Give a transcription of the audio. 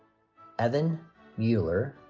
evan mueller,